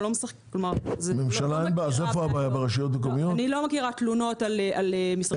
אני לא מכירה תלונות על משרדי הממשלה.